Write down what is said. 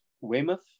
Weymouth